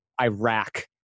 Iraq